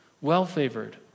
Well-favored